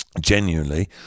Genuinely